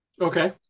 Okay